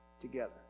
together